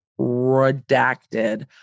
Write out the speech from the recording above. redacted